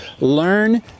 learn